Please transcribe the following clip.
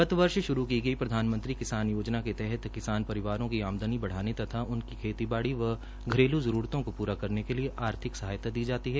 गत वर्ष श्रू की गई प्रधानमंत्री किसान योजना के तहत किसान परिवारों की आमदनी बढ़ाने तथा उनकी खेतीबाड़ी व घरेलू जरूरतों को पूरा करने के लिए आर्थिक सहायता दी जाती है